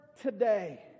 today